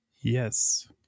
Yes